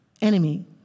enemy